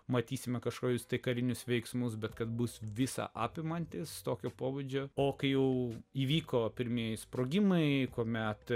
matysime kažkokius karinius veiksmus bet kad bus visa apimantis tokio pobūdžio o kai jau įvyko pirmieji sprogimai kuomet